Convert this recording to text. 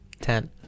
ten